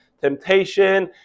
temptation